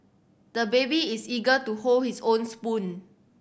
the baby is eager to hold his own spoon